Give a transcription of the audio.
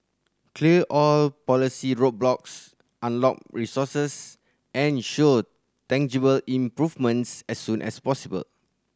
clear all policy roadblocks unlock resources and show tangible improvements as soon as possible